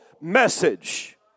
message